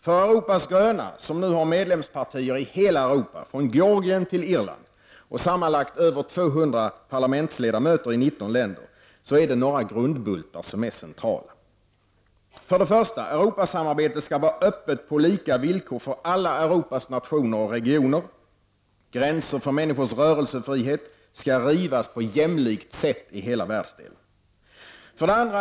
För Europas gröna -- som nu har medlemspartier i hela Europa, från Georgien till Irland, och sammanlagt över 200 parlamentsledamöter i 19 länder -- är några grundbultar centrala: 1. Europasamarbetet skall vara öppet på lika villkor för alla Europas nationer och regioner; gränser för människors rörelsefrihet skall rivas på jämlikt sätt i hela världsdelen. 2.